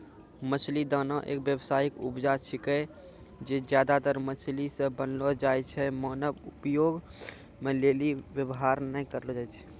मछली दाना एक व्यावसायिक उपजा छिकै जे ज्यादातर मछली से बनलो छै जे मानव उपभोग के लेली वेवहार नै करलो जाय छै